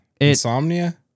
Insomnia